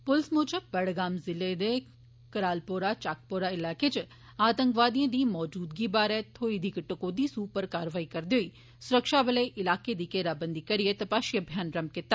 पुलस मूजब बडगाम जिले दे करालपोरा चक्कपोरा इलाके च आतंकवादिएं दी मजूदगी बारे थ्होई दी इक टकोह्दी सूह उप्पर कम्म करदे होई सुरक्षाबलें इलाकें दी घेराबंदी करियै तपाषी अभियान रंभ कीता